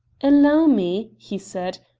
allow me, he said,